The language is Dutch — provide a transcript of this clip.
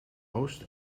oost